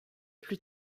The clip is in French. plus